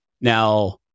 Now